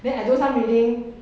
then I do some reading